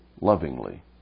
lovingly